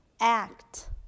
act